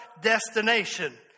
destination